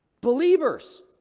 Believers